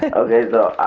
yeah okay so,